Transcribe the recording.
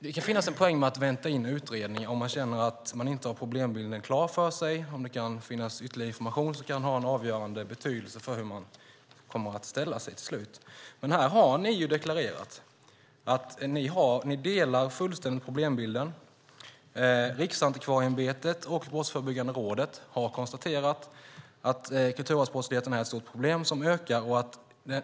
Det kan finnas en poäng i att vänta in utredningar om man känner att man inte har problembilden klar för sig eller om det kan finnas ytterligare information som kan ha avgörande betydelse för hur man kommer att ställa sig till slut. Här har ni deklarerat att ni instämmer fullständigt i problembilden. Riksantikvarieämbetet och Brottsförebyggande rådet har konstaterat att kulturarvsbrott är ett stort problem som ökar.